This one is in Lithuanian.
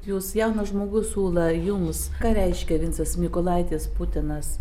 jūs jaunas žmogus ūla jums ką reiškia vincas mykolaitis putinas